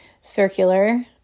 circular